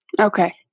Okay